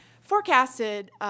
forecasted